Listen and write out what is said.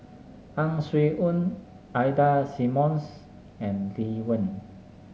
Ang Swee Aun Ida Simmons and Lee Wen